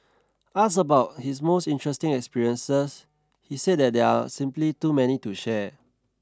ask about his most interesting experiences he said that there are simply too many to share